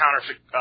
counterfeit